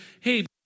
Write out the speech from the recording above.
hey